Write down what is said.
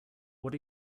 what